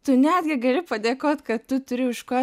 tu netgi gali padėkot kad tu turi už ko